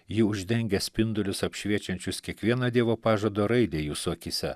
ji uždengia spindulius apšviečiančius kiekvieną dievo pažado raidę jūsų akyse